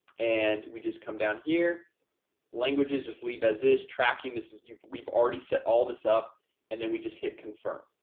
and we just come down here languages just leave as is tracking. this is you we've already set all this up and then we just hit confirm.